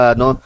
no